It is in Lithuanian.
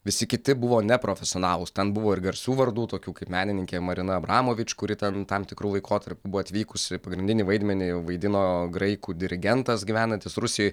visi kiti buvo neprofesionalūs ten buvo ir garsių vardų tokių kaip menininkė marina abramovič kuri ten tam tikru laikotarpiu buvo atvykusi pagrindinį vaidmenį vaidino graikų dirigentas gyvenantis rusijoj